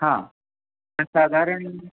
हां तर साधारण